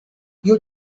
you